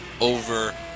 over